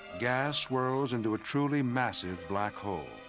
gas swirls into a truly massive black hole,